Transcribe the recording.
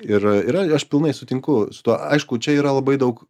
ir a ir aš pilnai sutinku su tuo aišku čia yra labai daug